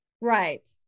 right